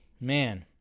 Man